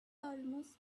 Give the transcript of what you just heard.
almost